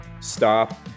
Stop